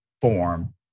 form